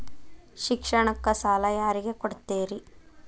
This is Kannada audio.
ಶಿಕ್ಷಣಕ್ಕ ಸಾಲ ಯಾರಿಗೆ ಕೊಡ್ತೇರಿ?